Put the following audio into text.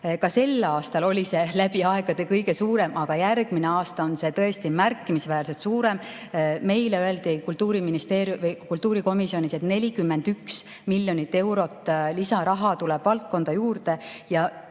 Ka sel aastal oli see läbi aegade kõige suurem, aga järgmine aasta on see tõesti märkimisväärselt suurem. Meile öeldi kultuurikomisjonis, et 41 miljonit eurot lisaraha tuleb valdkonda juurde. Ja